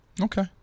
Okay